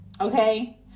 okay